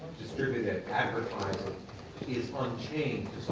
distribute it, advertising is unchanged